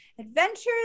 Adventures